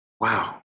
Wow